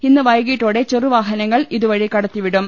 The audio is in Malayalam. ഇന്ന് വൈകീട്ടോടെ ചെറുവാഹന ങ്ങൾ ഇതുവഴി കടത്തിവിടും